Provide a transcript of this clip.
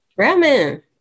Ramen